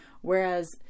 Whereas